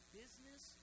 business